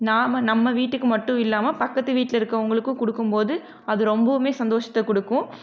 நாம் நம்ம வீட்டுக்கு மட்டும் இல்லாமல் பக்கத்து வீட்லருக்கவங்களுக்கும் கொடுக்கும் போது அது ரொம்பவுமே சந்தோஷத்தை கொடுக்கும்